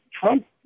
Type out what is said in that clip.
Trump